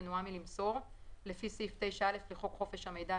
מנועה מלמסור לפי סעיף 9(א) לחוק חופש המידע,